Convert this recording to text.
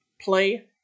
play